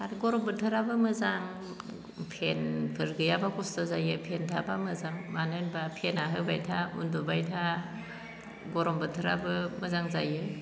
आरो गरम बोथोराबो मोजां फेनफोर गैयाब्ला खस्थ' जायो फेन थाब्ला मोजां मानो होनब्ला फेना होबाय था उन्दुबाय था गरम बोथोराबो मोजां जायो